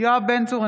יואב בן צור,